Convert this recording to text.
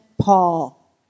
Paul